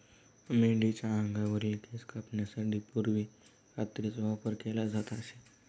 मेंढीच्या अंगावरील केस कापण्यासाठी पूर्वी कात्रीचा वापर केला जात असे